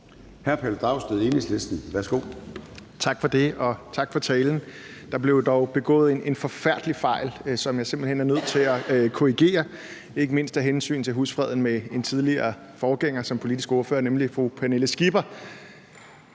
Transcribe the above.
10:25 Pelle Dragsted (EL): Tak for det, og tak for talen. Der blev dog begået en forfærdelig fejl, som jeg simpelt hen er nødt til at korrigere, ikke mindst af hensyn til husfreden med min forgænger som politisk ordfører, fru Pernille Skipper.